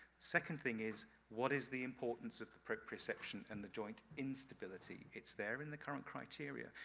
second thing is, what is the importance of the proprioception and the joint instability? it's there in the current criteria,